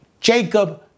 Jacob